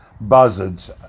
buzzards